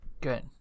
Good